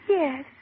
Yes